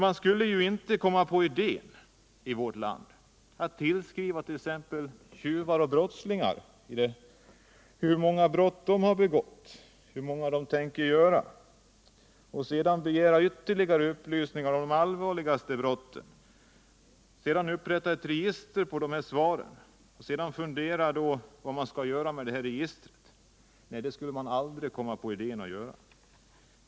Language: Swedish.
Man skulle ju i vårt land inte komma på idén att tillskriva t.ex. tjuvar och brottslingar och fråga hur många brott de begått och hur många de tänker göra, sedan begära ytterligare upplysningar om de allvarligaste brotten, därefter upprätta ett register med ledning av svaren och slutligen fundera över vad man skulle göra med registret. Nej, det skulle man aldrig komma på idén att göra.